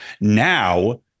now